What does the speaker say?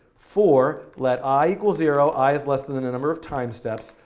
for let i zero, i less than than the number of timesteps,